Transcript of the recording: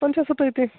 पञ्चशतम् इति